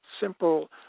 simple